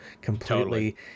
completely